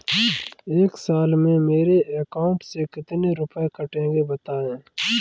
एक साल में मेरे अकाउंट से कितने रुपये कटेंगे बताएँ?